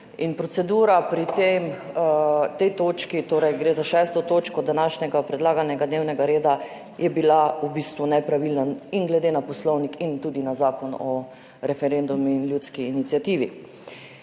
procedura pri tem, tej točki, torej gre za 6. točko današnjega predlaganega dnevnega reda, je bila v bistvu nepravilna in glede na Poslovnik in tudi na Zakon o referendumu in ljudski iniciativi.